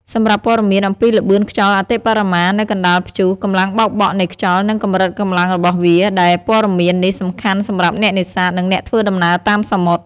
សម្រាប់ព័ត៌មានអំពីល្បឿនខ្យល់អតិបរមានៅកណ្តាលព្យុះ កម្លាំងបោកបក់នៃខ្យល់ និងកម្រិតកម្លាំងរបស់វា ដែលព័ត៌មាននេះសំខាន់សម្រាប់អ្នកនេសាទ និងអ្នកធ្វើដំណើរតាមសមុទ្រ។